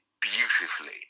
beautifully